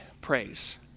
praise